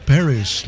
Paris